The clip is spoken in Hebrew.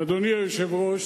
אדוני היושב-ראש,